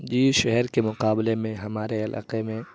جی شہر کے مقابلے میں ہمارے علاقے میں